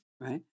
Right